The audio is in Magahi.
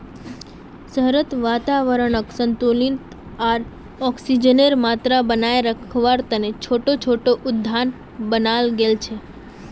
शहरत वातावरनक संतुलित आर ऑक्सीजनेर मात्रा बनेए रखवा तने छोटो छोटो उद्यान बनाल गेल छे